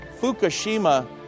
Fukushima